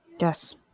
yes